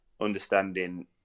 understanding